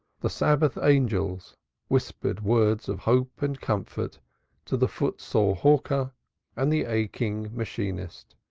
the sabbath angels whispered words of hope and comfort to the foot-sore hawker and the aching machinist,